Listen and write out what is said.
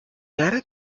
نره